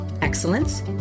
excellence